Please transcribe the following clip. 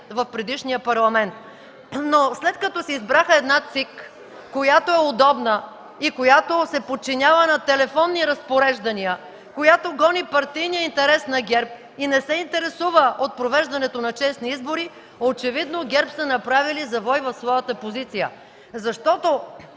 в предишния Парламент. След като си избраха една ЦИК, която е удобна и се подчинява на телефонни разпореждания, която гони партийния интерес на ГЕРБ и не се интересува от провеждането на честни избори, очевидно ГЕРБ са направили завой в своята позиция. Защото